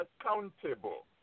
accountable